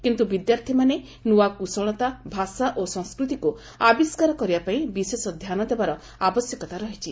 କିନ୍ତୁ ବିଦ୍ୟାର୍ଥୀମାନେ ନୂଆ କୁଶଳତା ଭାଷା ଓ ସଂସ୍କୃତିକୁ ଆବିଷ୍କାର କରିବା ପାଇଁ ବିଶେଷ ଧ୍ୟାନ ଦେବାର ଆବଶ୍ୟକତା ରହିଛି